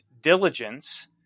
diligence